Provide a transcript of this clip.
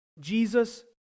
Jesus